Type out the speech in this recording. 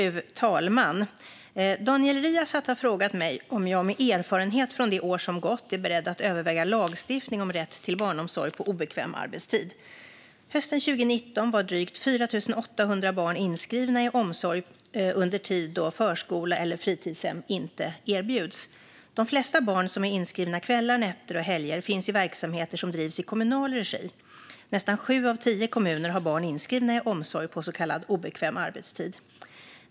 Fru talman! Daniel Riazat har frågat mig om jag med erfarenhet från det år som gått är beredd att överväga lagstiftning om rätt till barnomsorg på obekväm arbetstid. Hösten 2019 var drygt 4 800 barn inskrivna i omsorg under tid då förskola eller fritidshem inte erbjuds. De flesta barn som är inskrivna kvällar, nätter och helger finns i verksamheter som drivs i kommunal regi. Nästan sju av tio kommuner har barn inskrivna i omsorg på så kallad obekväm arbetstid.